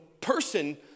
person